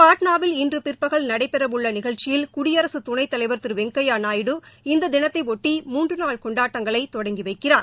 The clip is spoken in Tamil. பாட்னாவில் இன்று பிற்பகல் நடைபெறவுள்ள நிகழ்ச்சியில் குடியரசுத் துணைத் தலைவா் திரு வெங்கையா நாயுடு இந்த தினத்தையொட்டி மூன்று நாள் கொண்டாட்டங்களை தொடங்கி வைக்கிறார்